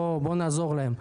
בוא נעזור להם.